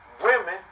women